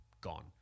gone